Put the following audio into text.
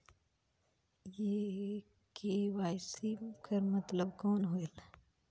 ये के.वाई.सी कर मतलब कौन होएल?